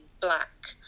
black